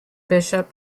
bishop